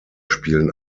spielen